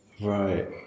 Right